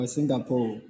Singapore